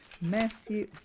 Matthew